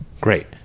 great